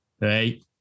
Hey